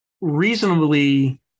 reasonably